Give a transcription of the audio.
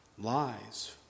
lies